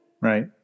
right